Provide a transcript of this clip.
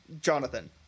Jonathan